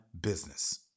business